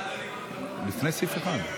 לפני סעיף 1,